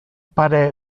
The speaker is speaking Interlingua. pare